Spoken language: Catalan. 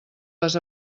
les